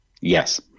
Yes